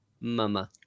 mama